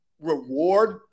reward